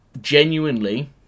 Genuinely